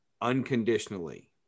unconditionally